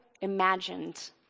imagined